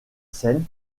seine